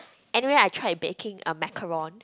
annually I tried to baking a macaroon